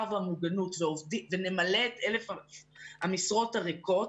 והמוגנות ונמלא את 1,000 המשרות הריקות,